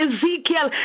Ezekiel